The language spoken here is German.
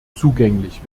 zugänglich